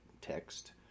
text